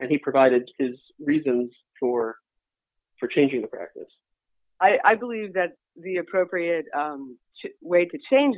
and he provided his reasons for for changing the practice i believe that the appropriate way to change